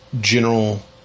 general